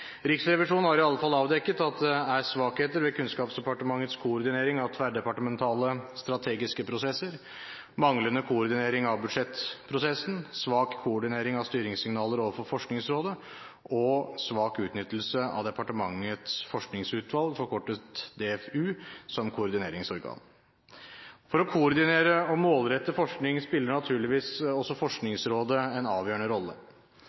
Riksrevisjonen har i alle fall avdekket at det er svakheter ved Kunnskapsdepartementets koordinering av tverrdepartementale strategiske prosesser, manglende koordinering av budsjettprosessen, svak koordinering av styringssignaler overfor Forskningsrådet og svak utnyttelse av departementenes forskningsutvalg, DFU, som koordineringsorgan. For å koordinere og målrette forskning spiller naturligvis også Forskningsrådet en avgjørende rolle.